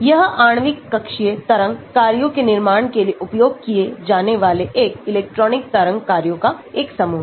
यह आणविक कक्षीय तरंग कार्यों के निर्माण के लिए उपयोग किए जाने वाले एक इलेक्ट्रॉन तरंग कार्यों का एक समूह है